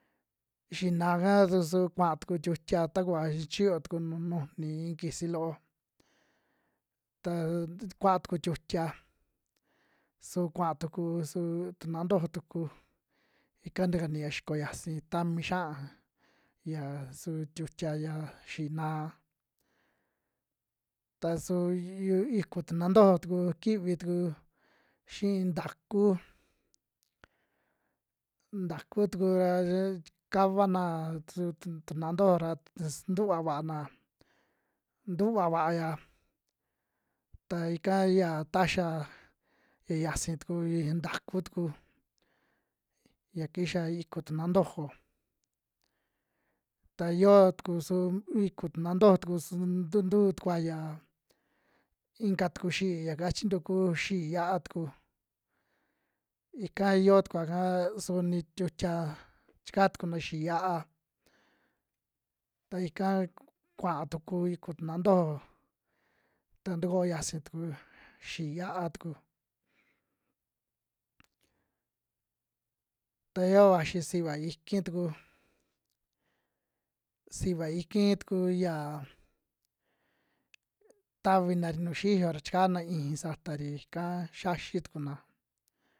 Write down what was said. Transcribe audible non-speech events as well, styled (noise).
Xi'í naa'aka su ra suu kuaa tuku tiutia takuva chiyo tuku nujuni iin kisi loo, ta kuaa tuku tiutia su kua'a tuku su tuna ntojo tuku ika tikania xiko xiasi tami xiaa ya su tiutia ya xi'í na'a, ta su iyu- iku nuna ntojo tuku viki tuku xiin ntaku, ntaku tuku ra yek (unintelligible) kavanaa su tu- tuna ntojo ra sntuvaa va'ana, ntuva vaaya ta ika ya taxia ya xiasi tuku ya ntaku tuku, ya kixa iku tuna ntojo. Ta yoo tuku su mi iku nuna ntojo tuku su ntu ntu tukua ya inka tuku xi'í ya kachintu kuu xi'í yiá'a taku, ika iyo tukua ka su ni tiutia chika tukuna xi'í yiá'a ta ika kuaa tuku iku tuna ntojo ta tukoo xiasi tuku xi'í yiá'a tuku ta yo'o vaxi siva iki tuku, siva iki tuku ya tavinari nuju xiyo ra chikana iixi satari'ka xiaxi tukuna.